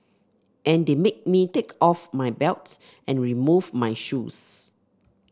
and they made me take off my belt and remove my shoes